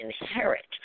inherit